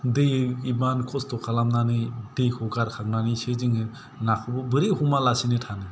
दै एसेबां खस्त' खालामनानै दैखौ गारखांनानैसो जोङो नाखौबो बोरै हमालासिनो थानो